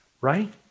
right